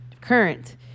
current